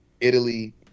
Italy